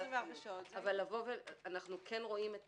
אבל אנחנו כן רואים את